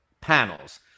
panels